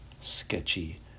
Sketchy